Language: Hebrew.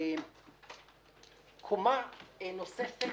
קומה נוספת